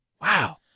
Wow